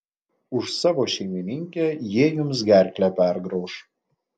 už savo šeimininkę jie jums gerklę pergrauš